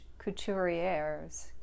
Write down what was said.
couturiers